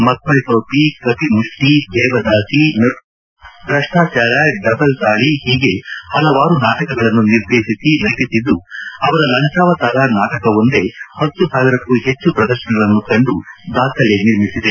Makkal Topi Kapimushti Devadasi Nadubeedinarayana Bhrashtachara double Taali ಹೀಗೆ ಹಲವಾರು ನಾಟಕಗಳನ್ನು ನಿರ್ದೇತಿಸಿ ನಟಿಸಿದ್ದು ಅವರ ಲಂಚಾವತಾರ ನಾಟಕವೊಂದೇ ಹತ್ತು ಸಾವಿರಕ್ಕೂ ಹೆಚ್ಚು ಪ್ರದರ್ಶನಗಳನ್ನು ಕಂಡು ದಾಖಲೆ ನಿರ್ಮಿಸಿದೆ